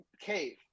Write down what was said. cave